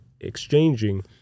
exchanging